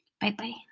Bye-bye